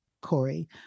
Corey